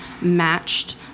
matched